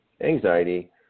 anxiety